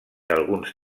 alguns